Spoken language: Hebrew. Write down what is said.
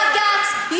בג"ץ,